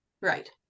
Right